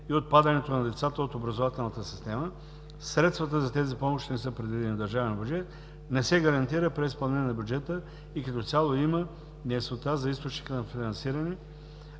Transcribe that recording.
и отпадането на децата от образователната система; – средствата за тези помощи не са предвидени в държавния бюджет, не се гарантира преизпълнение на бюджета и като цяло има неяснота за източника на финансиране,